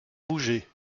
bouger